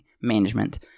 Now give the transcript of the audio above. management